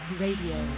radio